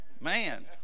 man